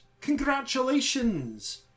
Congratulations